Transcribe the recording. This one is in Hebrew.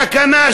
תקנה,